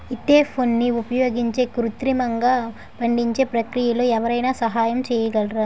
ఈథెఫోన్ని ఉపయోగించి కృత్రిమంగా పండించే ప్రక్రియలో ఎవరైనా సహాయం చేయగలరా?